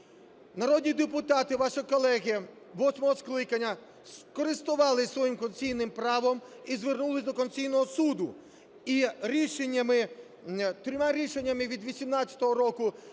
Народні депутати - ваші колеги восьмого скликання скористувалися своїм конституційним правом і звернулися до Конституційного Суду, і рішеннями, трьома рішеннями від 2018 року